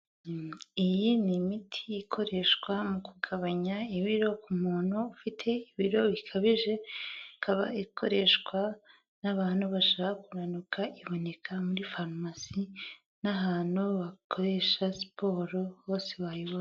Iyi ni imiti ikoreshwa mu kugabanya ibiro ku muntu ufite ibiro bikabije, ikaba ikoreshwa n'abantu bashaka kunanuka, iboneka muri farumasi n'ahantu bakoresha siporo bose bayibona.